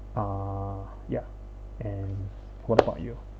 uh ya and what about you